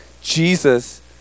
Jesus